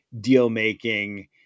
deal-making